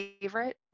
favorite